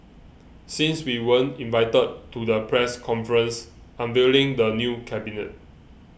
since we weren't invited to the press conference unveiling the new cabinet